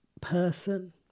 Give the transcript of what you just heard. person